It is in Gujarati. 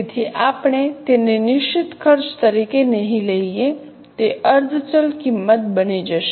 તેથી આપણે તેને નિશ્ચિત ખર્ચ તરીકે નહીં લઈએ તે અર્ધ ચલ કિંમત બની જશે